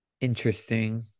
Interesting